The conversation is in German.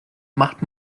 macht